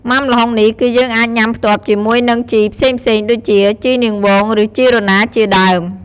មុាំល្ហុងនេះគឺយើងអាចញុាំផ្ទាប់ជាមួយនឹងជីផ្សេងៗដូចជា ជីនាងវង ឬជីរណារជាដើម។